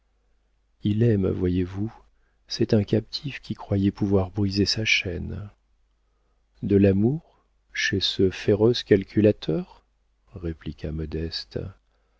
il aime voyez-vous c'est un captif qui croyait pouvoir briser sa chaîne de l'amour chez ce féroce calculateur répliqua modeste